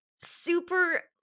super